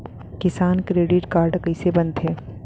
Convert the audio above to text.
किसान credit card कइसे बनथे?